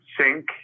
sink